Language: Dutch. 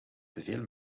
teveel